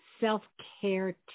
self-care